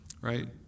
right